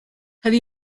have